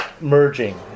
merging